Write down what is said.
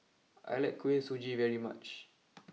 I like Kuih Suji very much